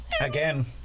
Again